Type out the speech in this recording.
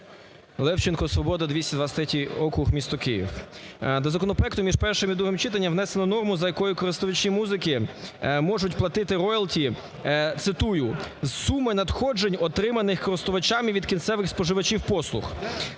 Левченко "Свобода", 223 округ місто Київ. До законопроекту між першим і другим читанням внесено норму, за якою користувачі музики можуть платити роялті, цитую: "з суми надходжень, отриманих користувачами від кінцевих споживачів послуг".